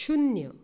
शुन्य